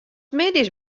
middeis